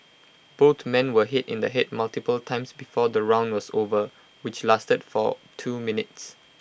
both men were hit in the Head multiple times before the round was over which lasted for two minutes